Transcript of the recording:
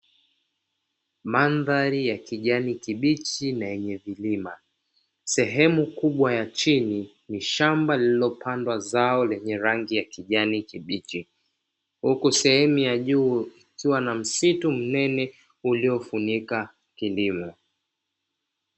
Mandhari ya kijani kibichi na yenye vilima sehemu kubwa ya chini ni shamba, lililopandwa zao lenye rangi ya kijani kibichi huku sehemu ya juu kukiwa na msitu mnene uliofunika kilima.